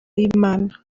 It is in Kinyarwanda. y’imana